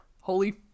holy